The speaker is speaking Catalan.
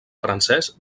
francès